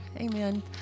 Amen